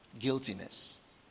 Guiltiness